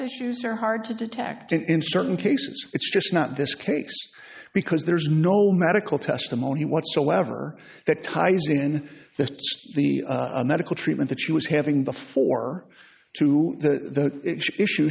issues are hard to detect and in certain cases it's just not this case because there's no medical testimony whatsoever that ties in to the medical treatment that she was having before to that issue